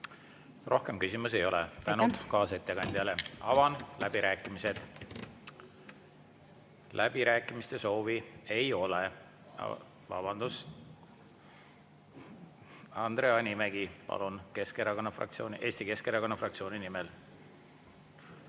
Rohkem küsimusi ei ole. Tänud kaasettekandjale! Avan läbirääkimised. Läbirääkimiste soovi ei ole. Vabandust! Andre Hanimägi, palun, Eesti Keskerakonna fraktsiooni nimel!